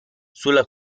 sulla